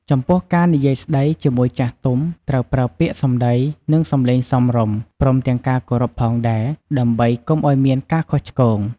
ចំពោះការនិយាយស្ដីជាមួយចាស់ទុំត្រូវប្រើពាក្យសម្ដី និងសំឡេងសមរម្យ ព្រមទាំងការគោរពផងដែរ ដើម្បីកុំឲ្យមានការខុសឆ្គង។